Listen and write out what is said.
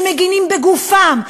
שמגינים בגופם,